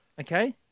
Okay